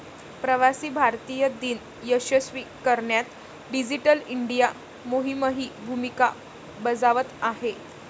प्रवासी भारतीय दिन यशस्वी करण्यात डिजिटल इंडिया मोहीमही भूमिका बजावत आहे